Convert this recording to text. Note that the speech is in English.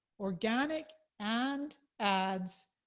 organic and ads,